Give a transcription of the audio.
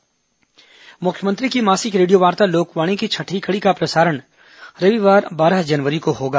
लोकवाणी मुख्यमंत्री की मासिक रेडियोवार्ता लोकवाणी की छठवीं कड़ी का प्रसारण रविवार बारह जनवरी को होगा